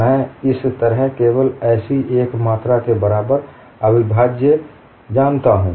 मैं इस तरह केवल ऐसी एक मात्रा के बराबर अविभाज्य जानता हूं